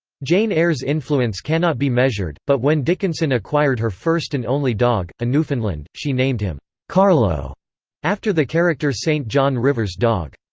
jane eyre's influence cannot be measured, but when dickinson acquired her first and only dog, a newfoundland, she named him carlo after the character st. john rivers' dog.